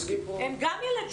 הם גם ילדים.